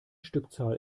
stückzahl